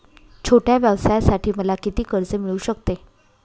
छोट्या व्यवसायासाठी मला किती कर्ज मिळू शकते?